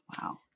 Wow